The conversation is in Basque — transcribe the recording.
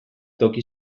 toki